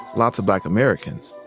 lots of black americans.